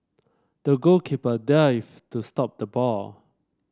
the goalkeeper dived to stop the ball